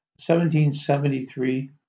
1773